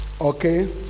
Okay